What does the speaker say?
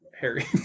Harry